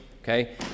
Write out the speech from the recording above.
Okay